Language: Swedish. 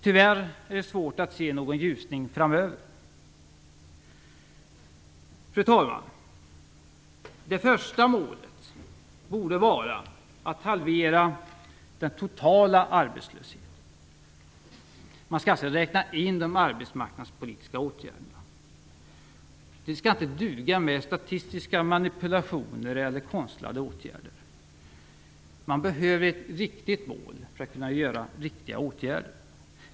Tyvärr är det svårt att se någon ljusning framöver. Fru talman! Det första målet borde vara att halvera den totala arbetslösheten. Man skall alltså räkna in de arbetsmarknadspolitiska åtgärderna. Det skall inte duga med statistiska manipulationer eller konstlade åtgärder. Man behöver ett riktigt mål för att kunna vidta riktiga åtgärder.